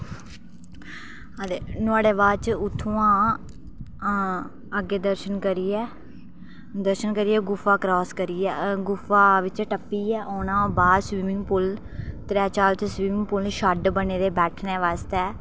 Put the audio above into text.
ते नुहाड़ै बाद उत्थुआं आं अग्गें दर्शन करियै दर्शन करियै गुफा क्रॉस करियै गुफा बिच औना बाह्र स्विमिंग पूल त्रैऽ चार ते स्विमिंग पूल न ते शैड बने दे बैठने आस्तै